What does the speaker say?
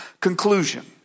conclusion